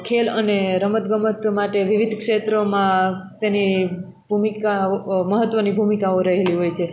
ખેલ અને રમતગમત માટે વિવિધ ક્ષેત્રોમાં તેની ભૂમિકા મહત્ત્વની ભૂમિકાઓ રહેલી હોય છે